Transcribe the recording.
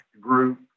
group